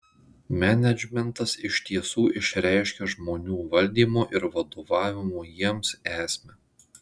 menedžmentas iš tiesų išreiškia žmonių valdymo ir vadovavimo jiems esmę